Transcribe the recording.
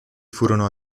furono